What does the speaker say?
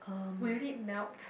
will you did melt